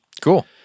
Cool